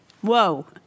Whoa